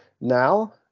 now